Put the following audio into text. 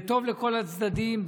זה טוב לכל הצדדים,